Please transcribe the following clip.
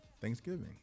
Thanksgiving